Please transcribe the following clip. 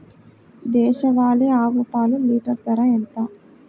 దేశవాలీ ఆవు పాలు లీటరు ధర ఎంత?